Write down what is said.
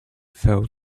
fell